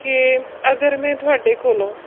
ਕਿ ਅਗਰ ਮੈਂ ਤੁਹਾਡੇ ਕੋਲੋਂ